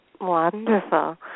Wonderful